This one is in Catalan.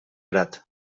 grat